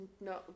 No